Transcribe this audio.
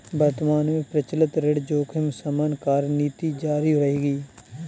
वर्तमान में प्रचलित ऋण जोखिम शमन कार्यनीति जारी रहेगी